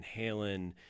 Halen